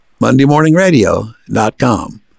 mondaymorningradio.com